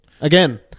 Again